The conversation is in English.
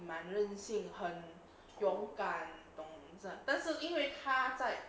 蛮任性很勇敢懂事但是因为他在